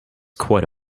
quite